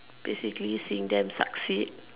basically seeing them succeed